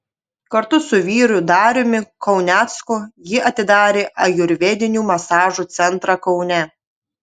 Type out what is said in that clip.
kartu su vyru dariumi kaunecku ji atidarė ajurvedinių masažų centrą kaune